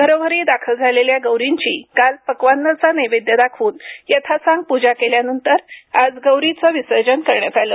घरोघरी दाखल झालेल्या गौरींची काल पक्वान्नाचा नैवेद्य दाखवून यथासांग प्रजा केल्यानंतर आज गौरींचं विसर्जन करण्यात आलं